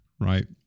right